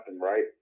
right